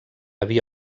havia